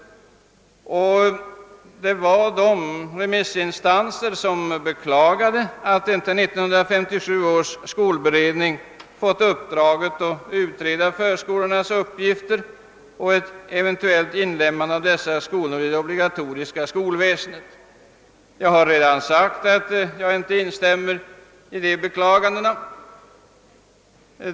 Det fanns remissinstanser som beklagade att inte 1957 års skolberedning fått uppdraget att utreda förskolornas uppgifter och ett eventuellt inlemmande av dessa skolor i det obligatoriska skolväsendet. Jag har redan gjort antydan om att jag inte instämmer i dessa beklaganden.